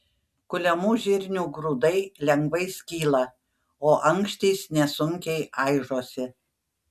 kuliamų žirnių grūdai lengvai skyla o ankštys nesunkiai aižosi